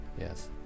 Yes